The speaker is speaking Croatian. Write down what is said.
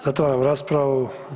Zatvaram raspravu.